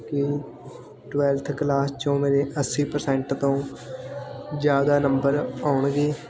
ਕਿ twelfth class 'ਚੋਂ ਮੇਰੇ ਅੱਸੀ ਪ੍ਰਸੈਂਟ ਤੋਂ ਜ਼ਿਆਦਾ ਨੰਬਰ ਆਉਣਗੇ